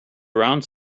around